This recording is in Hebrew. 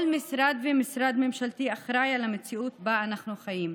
כל משרד ומשרד ממשלתי אחראי למציאות שבה אנחנו חיים.